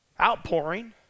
outpouring